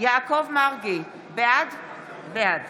יעקב מרגי, בעד